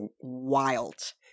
wild